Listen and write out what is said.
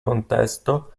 contesto